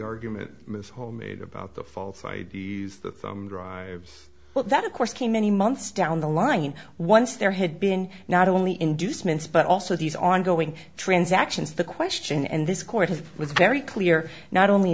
argument ms homemade about the false idea that of course came many months down the line once there had been not only inducements but also these ongoing transactions the question and this court has was very clear not only